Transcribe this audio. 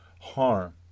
harm